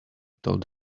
told